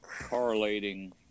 correlating